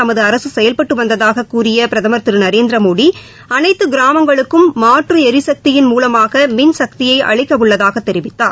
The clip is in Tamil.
தமதுஅரசுசெயல்பட்டுவந்ததாககூறியபிரதமர் திருநரேந்திரமோடி அனைத்துகிராமங்களுக்கும் மாற்றுளரிசக்தியின் மூலமாகமின்சக்தியைஅளிக்கஉள்ளதாகதெரிவித்தார்